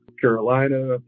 Carolina